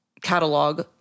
catalog